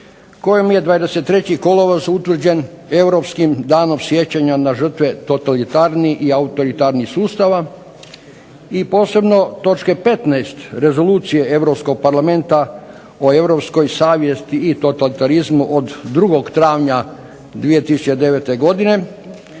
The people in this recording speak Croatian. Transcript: kojom je 23. kolovoz utvrđen Europskim danom sjećanja na žrtve totalitarnih i autoritarnih sustava. I posebno točke 15. Rezolucije Europskog parlamenta o europskoj savjesti i totalitarizmu od 2. travnja 2009. godine